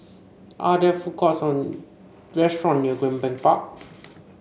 are there food courts or restaurant near Greenbank Park